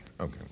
okay